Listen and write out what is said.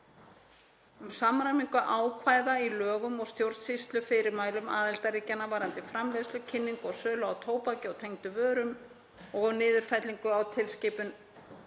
um samræmingu ákvæða í lögum og stjórnsýslufyrirmælum aðildarríkjanna varðandi framleiðslu, kynningu og sölu á tóbaki og tengdum vörum og um niðurfellingu á tilskipun